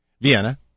Vienna